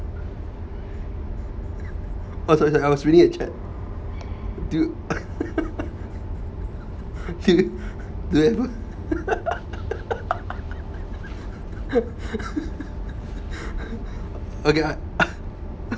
oh sorry sorry I was reading a chat dude to have a okay I